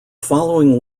following